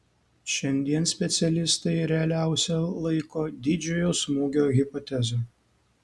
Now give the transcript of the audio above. šiandien specialistai realiausia laiko didžiojo smūgio hipotezę